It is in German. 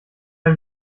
ein